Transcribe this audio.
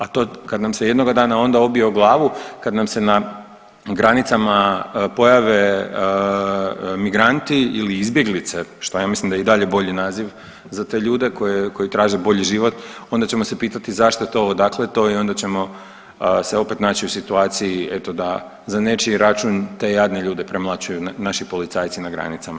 A to kad nam se jednoga dana onda obije o glavu, kad nam se na granicama pojave migranti ili izbjeglice šta ja mislim da je i dalje bolji naziv za te ljude koji traže bolji život, onda ćemo se pitati zašto to, odakle to i onda ćemo se opet naći u situaciji eto da za nečiji račun te jadne ljude premlaćuju policajci na granicama.